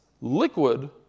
liquid